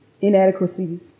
inadequacies